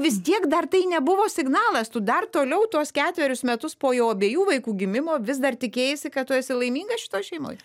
vis tiek dar tai nebuvo signalas tu dar toliau tuos ketverius metus po jau abiejų vaikų gimimo vis dar tikėjaisi kad tu esi laiminga šitoj šeimoj